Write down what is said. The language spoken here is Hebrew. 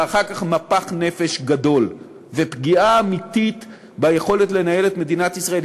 ואחר כך מפח נפש גדול ופגיעה אמיתית ביכולת לנהל את מדינת ישראל.